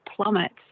plummets